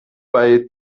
bei